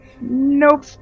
Nope